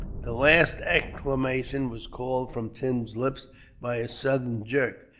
the last exclamation was called from tim's lips by a sudden jerk.